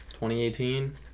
2018